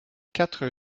quatre